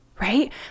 right